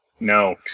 No